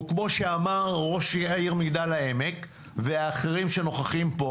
וכמו שאמר ראש העיר מגדל העמק ואחרים שנוכחים פה